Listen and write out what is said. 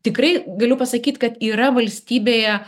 tikrai galiu pasakyt kad yra valstybėje